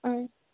ஆ